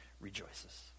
rejoices